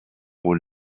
rôle